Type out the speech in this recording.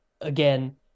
again